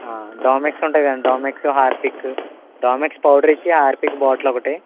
Domex ఉంటాయి కదండి Domex Harpic Domex పౌడరిచ్చి హర్పిక్కు బోటిల్ ఒకటి